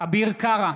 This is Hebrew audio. אביר קארה,